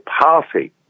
party